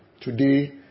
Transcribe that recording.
today